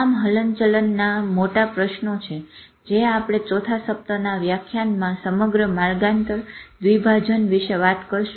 તમામ હલનચલનમાં આ મોટો પ્રશ્નો છે જે આપણે ચોથા સપ્તાહના વ્યાખ્યાનમાં સમગ્ર માર્ગાન્તર દ્વિભાજન વિશે વાત કરશું